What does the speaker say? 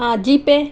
GPay